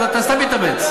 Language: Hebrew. אתה סתם מתאמץ.